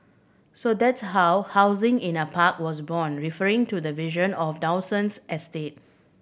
so that's how housing in a park was born referring to the vision of Dawson estate